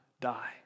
die